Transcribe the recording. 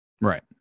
Right